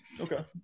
Okay